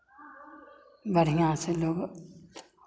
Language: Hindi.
बढ़ियाँ से लोग